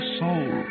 soul